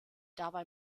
dabei